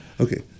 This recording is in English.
Okay